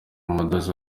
umudozi